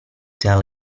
tell